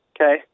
Okay